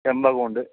ചെമ്പകമുണ്ട്